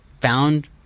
found